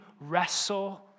wrestle